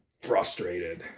frustrated